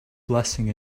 blessing